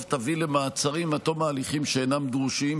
תביא למעצרים עד תום ההליכים שאינם דרושים,